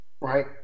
right